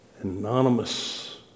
anonymous